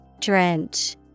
Drench